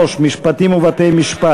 53, משפטים ובתי-משפט.